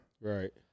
Right